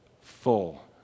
full